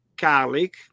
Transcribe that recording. garlic